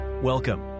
Welcome